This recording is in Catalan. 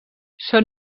són